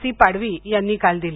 C Padvi यांनी काल दिली